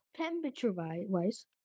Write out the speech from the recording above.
temperature-wise